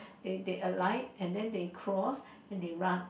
they they alight and then they cross and they run